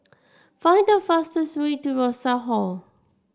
find the fastest way to Rosas Hall